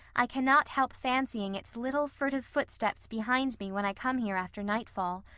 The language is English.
i cannot help fancying its little, furtive footsteps behind me when i come here after nightfall.